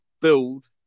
build